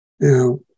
Now